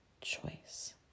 choice